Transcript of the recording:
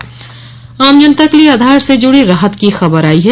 आधार आम जनता के लिए आधार से जुड़ी राहत की खबर आई है